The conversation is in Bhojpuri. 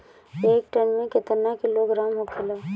एक टन मे केतना किलोग्राम होखेला?